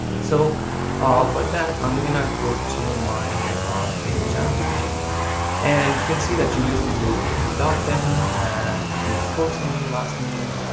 so ah for that i'm gonna go to my blazing chat application and you can see that julius caesar is like already logged in and he has first name, last name,